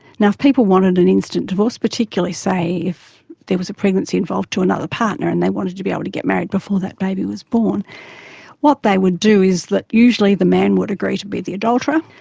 now, if people wanted an instant divorce particularly, say, if there was a pregnancy involved to another partner and they wanted to be able to get married before that baby was born what they would do is that usually the man would agree to be the adulterer,